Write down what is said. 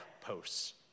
posts